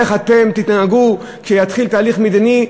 איך אתם תתנהגו כשיתחיל תהליך מדיני,